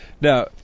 Now